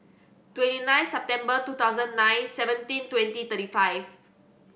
twenty nine September two thousand nine seventeen twenty thirty five